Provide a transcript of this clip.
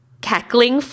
cackling